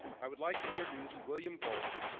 i would like to introduce william volz,